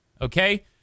okay